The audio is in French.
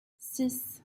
six